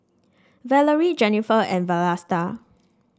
Valarie Jennifer and Vlasta